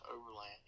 Overland